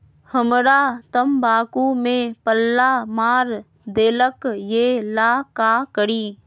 हमरा तंबाकू में पल्ला मार देलक ये ला का करी?